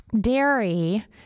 Dairy